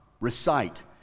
recite